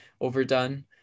overdone